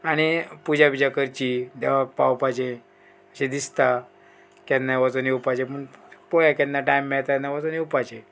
आनी पुजा पुजा करची देवाक पावपाचें अशें दिसता केन्नाय वचोन येवपाचें पूण पोवया केन्ना टायम मेळता तेन्ना वचून येवपाचें